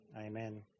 amen